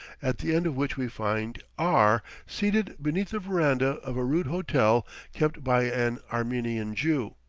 at the end of which we find r seated beneath the veranda of a rude hotel kept by an armenian jew.